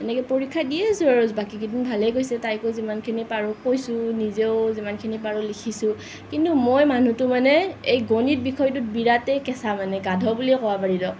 এনেকৈ পৰীক্ষা দিয়েই আছোঁ আৰু বাকী কেইদিন ভালেই গৈছে তাইকো যিমানখিনি পাৰোঁ কৈছোঁ নিজেও যিমানখিনি পাৰোঁ লিখিছোঁ কিন্তু মই মানুহটো মানে এই গণিত বিষয়টোত বিৰাটেই কেঁচা মানে গাধ বুলিয়েই ক'ব পাৰি দিয়ক